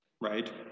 right